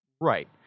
Right